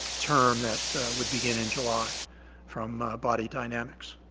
term that would begin in july from body dynamics